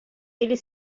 ele